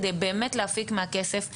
כדי באמת להפיק מהכסף יותר.